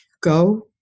Go